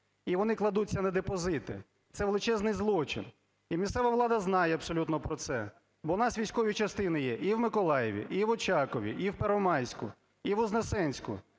і вони кладуться на депозити, це величезний злочин. І місцева влада знає абсолютно про це, бо у нас військові частини є і в Миколаєві, і в Очакові, і в Первомайську, і Вознесенську.